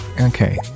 okay